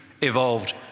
evolved